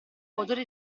odore